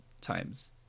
times